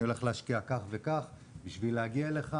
אני הולך להשקיע כך וכך בשביל להגיע אליך,